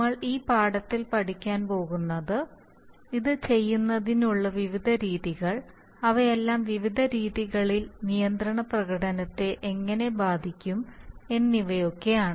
നമ്മൾ ഈ പാഠത്തിൽ പഠിക്കാൻ പോകുന്നത് ഇത് ചെയ്യുന്നതിനുള്ള വിവിധ രീതികൾ അവയെല്ലാം വിവിധ രീതികളിൽ നിയന്ത്രണ പ്രകടനത്തെ എങ്ങിനെ ബാധിക്കും എന്നിവയൊക്കെയാണ്